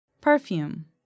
Perfume